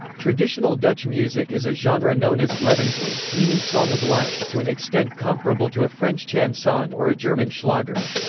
traditional dutch music is a genre known as levenslied, levenslied, meaning song of life, to an extent comparable to a french chanson or a german schlager.